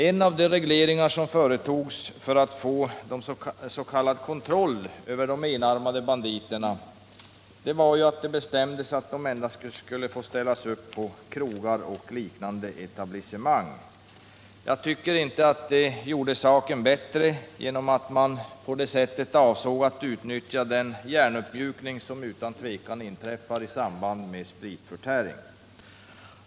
En av de regleringar som företogs för att få s.k. kontroll över de enarmade banditerna var ju att det bestämdes att de endast skulle få ställas upp på krogar och liknande etablissemang. Jag tycker inte att det gjorde saken bättre. Därigenom avsåg man ju att utnyttja den hjärnuppmjukning som utan tvivel inträder i samband med spritförtäring.